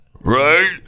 right